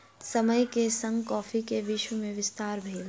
समय के संग कॉफ़ी के विश्व में विस्तार भेल